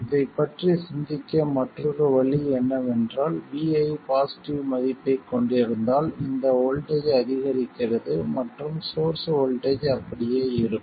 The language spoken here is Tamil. இதைப் பற்றி சிந்திக்க மற்றொரு வழி என்னவென்றால் vi பாசிட்டிவ் மதிப்பைக் கொண்டிருந்தால் இந்த வோல்ட்டேஜ் அதிகரிக்கிறது மற்றும் சோர்ஸ் வோல்ட்டேஜ் அப்படியே இருக்கும்